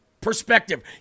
perspective